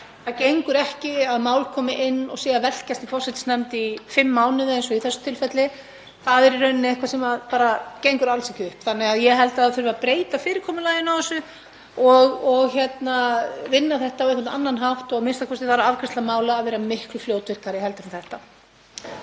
Það gengur ekki að mál komi inn og séu að velkjast í forsætisnefnd í fimm mánuði eins og í þessu tilfelli. Það er eitthvað sem bara gengur alls ekki upp. Ég held að það þurfi að breyta fyrirkomulaginu á þessu og vinna þetta á einhvern annan hátt og a.m.k. þarf afgreiðsla mála að vera miklu fljótvirkari en þetta.